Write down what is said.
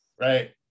right